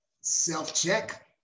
self-check